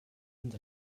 sind